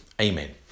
amen